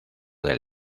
del